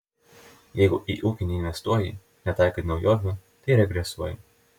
jeigu į ūkį neinvestuoji netaikai naujovių tai regresuoji